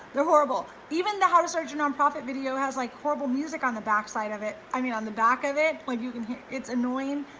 they're horrible. even the hardest search on nonprofit video has like horrible music on the backside of it. i mean, on the back of it, when you can hear it's annoying,